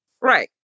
Right